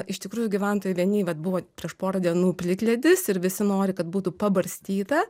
iš tikrųjų gyventojai vieni vat buvo prieš porą dienų plikledis ir visi nori kad būtų pabarstyta